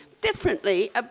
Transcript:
differently